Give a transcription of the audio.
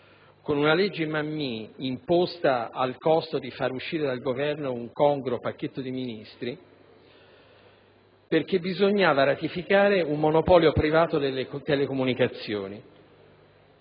cosiddetta legge Mammì, imposta al costo di far uscire dal Governo un congruo pacchetto di Ministri, perché bisognava ratificare un monopolio privato delle telecomunicazioni.